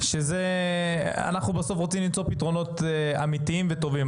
אנחנו בסוף רוצים למצוא פתרונות אמיתיים וטובים,